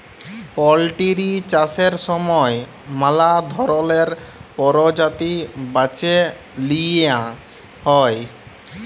poultry চাষের সময় ম্যালা ধরলের পরজাতি বাছে লিঁয়া হ্যয়